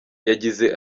yagize